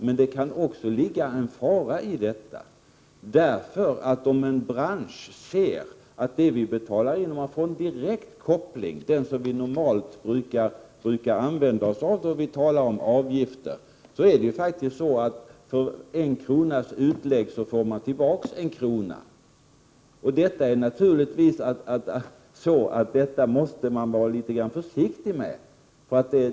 Men det kan också ligga en fara i detta om en bransch ser att det man betalar in får en direkt koppling till det man erhåller. För en kronas utlägg så får man tillbaka en krona. En sådan direkt koppling brukar vi normalt använda oss av när det är fråga om avgifter. Detta måste man naturligtvis vara litet grand försiktig med.